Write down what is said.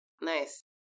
Nice